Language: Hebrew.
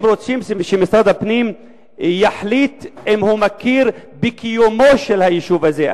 הם רוצים שמשרד הפנים יחליט אם הוא מכיר בקיומו של היישוב הזה.